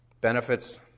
benefits